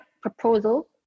proposal